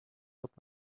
wird